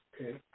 Okay